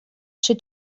she